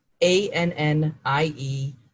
a-n-n-i-e